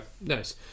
nice